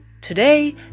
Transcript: Today